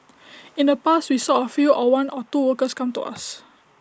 in the past we saw A few or one or two workers come to us